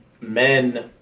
men